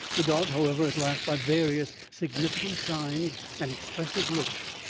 the dog, however, at last, by various significant signs and expressive looks,